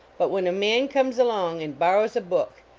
but when a man comes along and borrows a book,